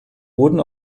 wurden